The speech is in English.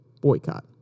boycott